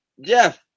Jeff